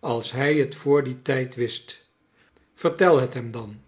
als hij het vr dien tijd wist vertel het hem dan